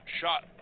shot